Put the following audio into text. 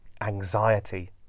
anxiety